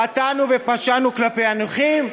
חטאנו ופשענו כלפי הנכים,